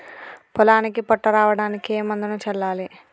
పొలానికి పొట్ట రావడానికి ఏ మందును చల్లాలి?